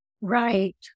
Right